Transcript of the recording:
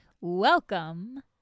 Welcome